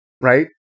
Right